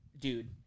Dude